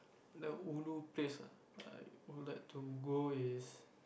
the ulu place that I would like to go is